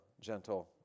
gentle